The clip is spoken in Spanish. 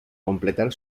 completar